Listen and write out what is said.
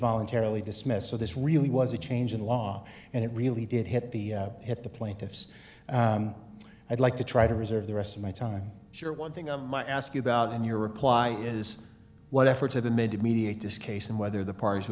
voluntarily dismissed so this really was a change in law and it really did hit the hit the plaintiffs i'd like to try to reserve the rest of my time sure one thing i might ask you about in your reply is what efforts of the mid to mediate this case and whether the p